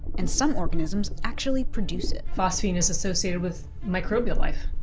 and some organisms actually produce it. phosphine is associated with microbial life.